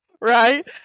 Right